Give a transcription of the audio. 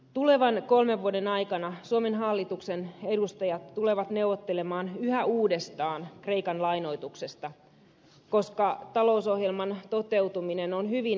tulevan kolmen vuoden aikana suomen hallituksen edustajat tulevat neuvottelemaan yhä uudestaan kreikan lainoituksesta koska talousohjelman toteutuminen on hyvin epävarmaa